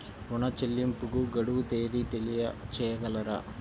ఋణ చెల్లింపుకు గడువు తేదీ తెలియచేయగలరా?